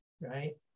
right